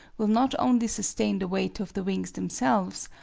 will not only sustain the weight of the wings themselves,